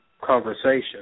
conversation